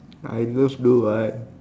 I love do what